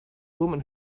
woman